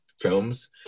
films